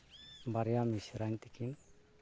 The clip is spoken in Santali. ᱵᱟᱨᱭᱟ ᱢᱤᱥᱨᱟᱧ ᱛᱟᱹᱠᱤᱱ